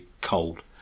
cold